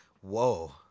whoa